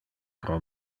pro